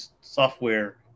software